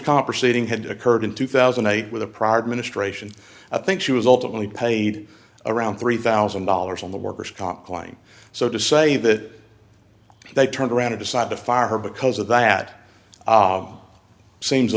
comp proceeding had occurred in two thousand and eight with a pride ministration i think she was ultimately paid around three thousand dollars on the worker's comp line so to say that they turned around to decide to fire her because of that seems a